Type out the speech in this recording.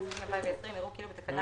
1. בשנת הכספים 2020 יראו כאילו בתקנה